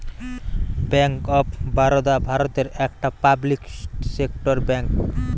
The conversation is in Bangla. ব্যাংক অফ বারোদা ভারতের একটা পাবলিক সেক্টর ব্যাংক